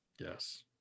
yes